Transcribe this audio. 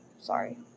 sorry